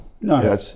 No